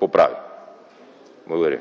оправи. Благодаря